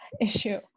issue